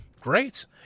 great